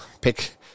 pick